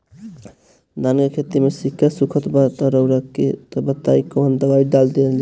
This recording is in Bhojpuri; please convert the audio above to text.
धान के खेती में सिक्का सुखत बा रउआ के ई बताईं कवन दवाइ डालल जाई?